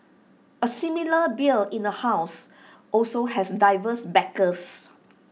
A similar bill in the house also has diverse backers